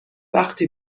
وقتی